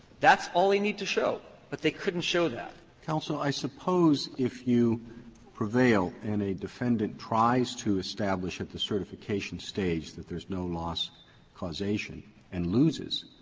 that's all they need to show. but they couldn't show that. roberts counsel, i suppose if you prevail and a defendant tries to establish at the certification stage that there's no loss causation and loses,